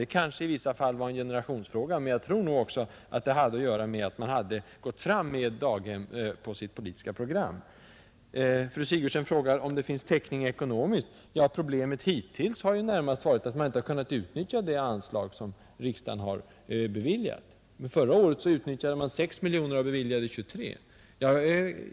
Det kanske i vissa fall var en generationsfråga, men jag tror nog också att det berodde på att vi hade gått fram med daghemmen på vårt politiska program. Fru Sigurdsen frågar om det finns ekonomisk täckning för vårt förslag. Problemet har ju hittills närmast varit att man inte har kunnat utnyttja det anslag som riksdagen beviljat. Förra året utnyttjade man 6 miljoner av beviljade 23.